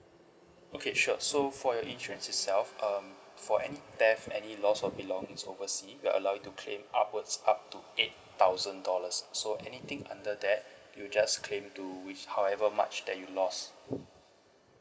okay sure so for your insurance itself um for any theft any loss of belongings oversea we'll allow you to claim upwards up to eight thousand dollars so anything under that you just claim to with however much that you lost